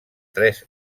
tres